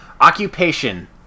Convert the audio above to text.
Occupation